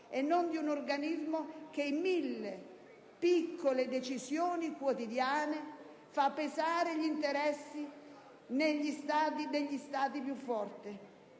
e non di un organismo che in mille piccole decisioni quotidiane fa pesare gli interessi degli Stati più forti.